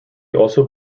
also